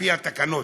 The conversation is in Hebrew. על-פי התקנות.